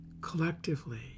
collectively